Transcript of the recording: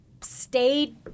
stayed